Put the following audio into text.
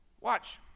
Watch